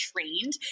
trained